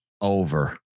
Over